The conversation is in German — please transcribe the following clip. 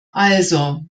also